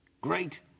Great